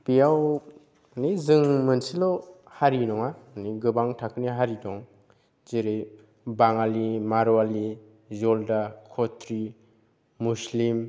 बेयाव माने जों मोनसेल' हारि नङा माने गोबां थाखोनि हारि दं जेरै बाङालि मारवारि जल्दा खथरि मुस्लिम